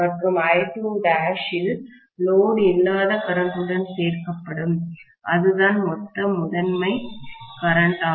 மற்றும் I2' இல் load இல்லாத கரண்ட்டுடன் சேர்க்கப்படும் அதுதான் மொத்த முதன்மை கரண்ட் ஆகும்